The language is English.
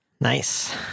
Nice